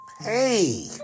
Hey